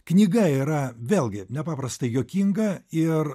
knyga yra vėlgi nepaprastai juokinga ir